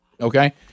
okay